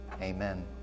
Amen